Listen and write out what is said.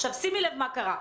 עכשיו שימי לב מה קרה.